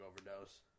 overdose